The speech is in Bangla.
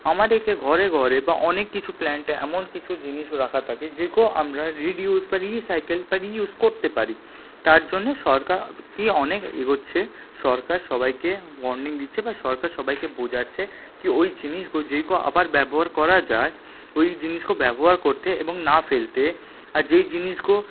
আমাদেরকে ঘরে ঘরে বা অনেক কিছু প্ল্যান্টে এমন কিছু জিনিস রাখা থাকে যেগুলো রিডিউস বা রিসাইকেল বা রিইউজ করতে পারি তার জন্য সরকার কী অনেক এগোচ্ছে সরকার সবাইকে ওয়ার্নিং দিচ্ছে বা সরকার সবাইকে বোঝাচ্ছে কী ওই জিনিসগুলো যেগুলো আবার ব্যবহার করা যায় ওই জিনিসগুলো ব্যবহার করতে এবং না ফেলতে আর যেই জিনিসগুলো